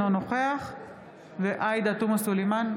אינו נוכח עאידה תומא סלימאן,